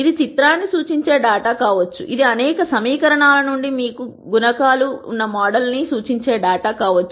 ఇది చిత్రాన్ని సూచించే డేటా కావచ్చు ఇది అనేక సమీకరణాల నుండి మీకు గుణకాలు ఉన్న మోడల్ను సూచించే డేటా కావచ్చు